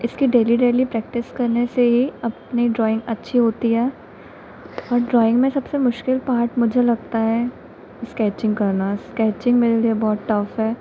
इसकी daily daily practice करने से ही अपनी ड्राइंग अच्छी होती है और ड्राइंग में सबसे मुश्किल पार्ट मुझे लगता है स्केचिंग करना स्केचिंग मेरे लिए बहुत टफ है